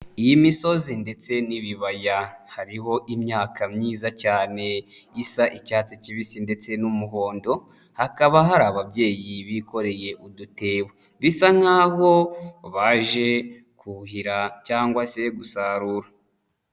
Imisozi ndetse n'ibibaya hariho imyaka myiza cyane isa icyatsi kibisi ndetse n'umuhondo, hakaba hari ababyeyi bikoreye udutebo. Bisa nk'aho baje kuhira cyangwa se gusarura.